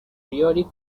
periodic